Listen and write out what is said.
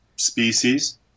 species